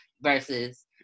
versus